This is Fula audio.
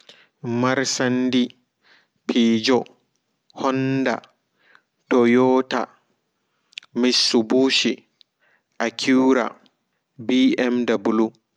Marsandi pijo hoonda toyota missuɓushi akura ɓee emm we